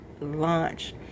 launch